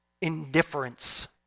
indifference